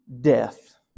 death